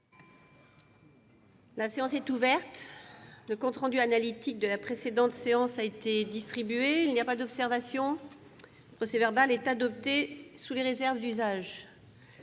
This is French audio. La séance est ouverte. Le compte rendu analytique de la précédente séance a été distribué. Il n'y a pas d'observation ?... Le procès-verbal est adopté sous les réserves d'usage.